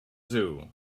zoo